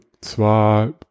zwar